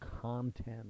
content